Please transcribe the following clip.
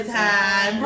time